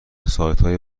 سایتهای